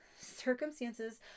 circumstances